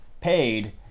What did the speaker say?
paid